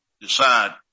decide